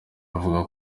bavuga